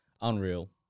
Unreal